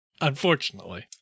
unfortunately